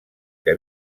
que